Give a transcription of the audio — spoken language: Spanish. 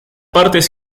partes